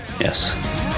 Yes